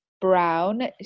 Brown